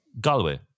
Galway